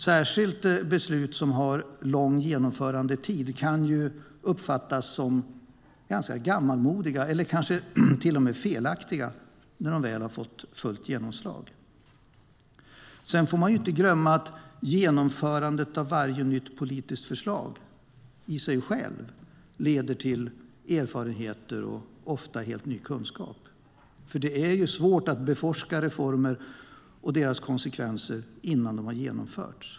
Särskilt beslut som har en lång genomförandetid kan ju uppfattas som gammalmodiga, eller rent av felaktiga, när de väl fått fullt genomslag. Sedan får man inte glömma att genomförandet av varje nytt politiskt förslag i sig självt leder till erfarenheter och ofta helt ny kunskap. Det är ju svårt att beforska reformer och deras konsekvenser innan de har genomförts.